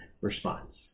response